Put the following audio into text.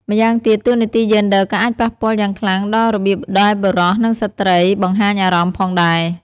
ម្យ៉ាងទៀត តួនាទីយេនឌ័រក៏អាចប៉ះពាល់យ៉ាងខ្លាំងដល់របៀបដែលបុរស និងស្ត្រីបង្ហាញអារម្មណ៍ផងដែរ។